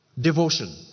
devotion